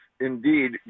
indeed